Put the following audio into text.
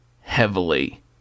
heavily